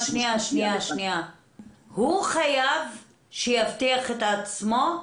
הוא חייב לבטח את עצמו?